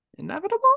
Inevitable